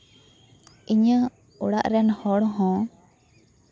ᱤᱧᱟᱹᱜ ᱚᱲᱟᱜ ᱨᱮᱱ ᱦᱚᱲ ᱦᱚᱸ